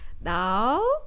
Now